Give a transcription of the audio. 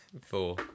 Four